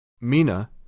Mina